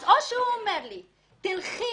אז או שהוא אומר לי ללכת